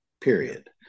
period